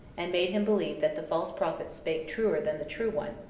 and made him believe that the false prophets spake truer than the true one,